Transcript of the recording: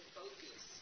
focus